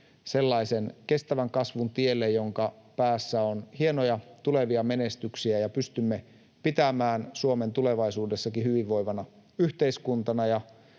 sellaisen kestävän kasvun tielle, jonka päässä on hienoja tulevia menestyksiä, ja pystymme pitämään Suomen tulevaisuudessakin hyvinvoivana yhteiskuntana